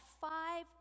five